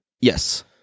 yes